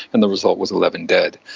and the result was eleven dead.